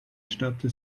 statta